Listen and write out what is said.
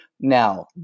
now